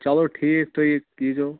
چلو ٹھیٖک تُہۍ ییِٖزیٛو